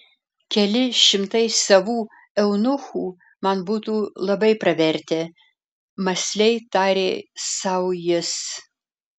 keli šimtai savų eunuchų man būtų labai pravertę mąsliai tarė sau jis